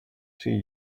see